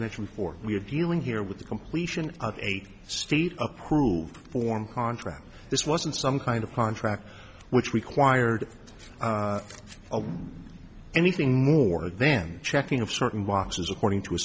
mention before we have you in here with the completion of eight state approved form contract this wasn't some kind of contract which required anything more then checking of certain boxes according to a